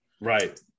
Right